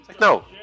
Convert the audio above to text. No